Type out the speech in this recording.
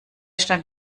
stein